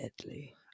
deadly